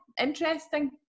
interesting